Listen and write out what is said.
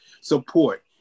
support